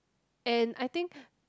and I think